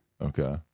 Okay